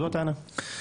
זו הטענה.